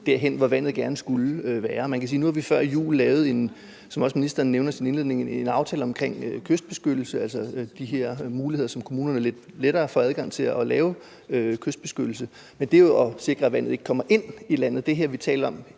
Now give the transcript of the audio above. derhen, hvor vandet gerne skulle være. Man kan sige, at nu har vi før jul lavet en aftale, som ministeren jo også nævner i sin indledning, omkring kystbeskyttelse, altså omkring de her muligheder, som giver kommunerne lidt lettere adgang til at lave kystbeskyttelse, men det er jo for at sikre, at vandet ikke kommer ind i landet. Men det, som vi først og